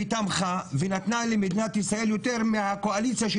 ותמכה ונתנה למדינת ישראל יותר מהקואליציה,